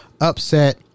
upset